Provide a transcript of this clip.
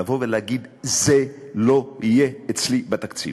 לבוא ולהגיד: זה לא יהיה אצלי בתקציב?